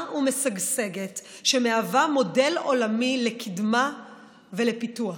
ומשגשגת שמהווה מודל עולמי לקדמה ולפיתוח.